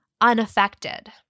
unaffected